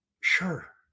sure